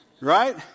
Right